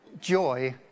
joy